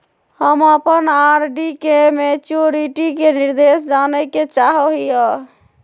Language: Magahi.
हम अप्पन आर.डी के मैचुरीटी के निर्देश जाने के चाहो हिअइ